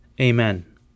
Amen